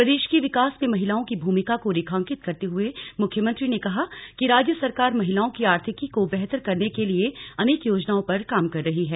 प्रदेश के विकास में महिलाओं की भूमिका को रेखांकित करते हुए मुख्यमंत्री ने कहा कि राज्य सरकार महिलाओं की आर्थिकी को बेहतर करने के लिए अनेक योजनाओं पर काम कर रही है